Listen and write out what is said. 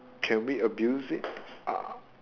can we abuse it ah